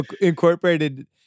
incorporated